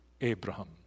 Abraham